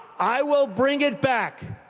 i will bring it back